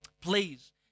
Please